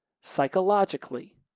Psychologically